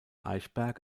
eichberg